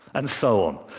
and so on.